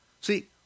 See